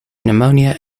pneumonia